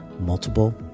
multiple